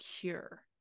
cure